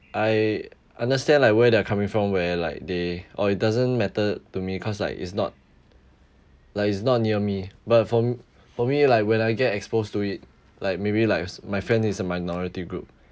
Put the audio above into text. I understand like where they're coming from where like they or it doesn't matter to me cause like it's not like it's not near me but for for me like when I get exposed to it like maybe like my friend is a minority group